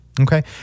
Okay